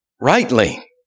rightly